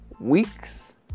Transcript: weeks